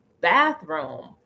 bathroom